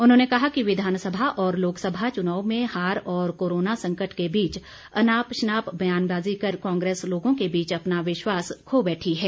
उन्होंने कहा कि विधानसभा और लोकसभा चुनाव में हार और कोरोना संकट के बीच अनाप शनाप ब्यानबाजी कर कांग्रेस लोगों के बीच अपना विश्वास खो बैठी है